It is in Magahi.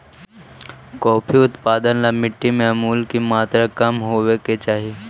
कॉफी उत्पादन ला मिट्टी में अमूल की मात्रा कम होवे के चाही